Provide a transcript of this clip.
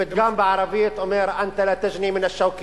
הפתגם בערבית אומר: אַנְתַּ לַא תַגְ'נִי מִן אל-שּוכּ אל-עֵנַבּ.